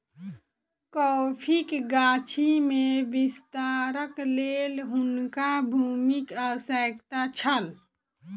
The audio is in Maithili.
कॉफ़ीक गाछी में विस्तारक लेल हुनका भूमिक आवश्यकता छल